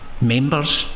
members